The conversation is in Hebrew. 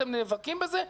שאתם נאבקים בזה,